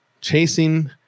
Chasing